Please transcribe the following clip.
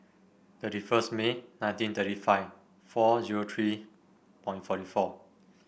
thirty first May nineteen thirty five four zero three point forty four